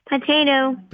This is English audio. Potato